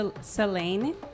Selene